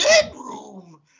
bedroom